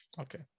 Okay